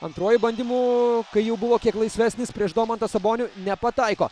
antruoju bandymu kai jau buvo kiek laisvesnis prieš domantą sabonį nepataiko